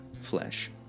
flesh